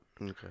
Okay